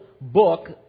book